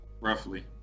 roughly